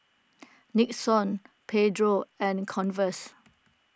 Nixon Pedro and Converse